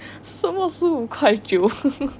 什么十五块九